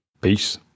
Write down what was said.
Peace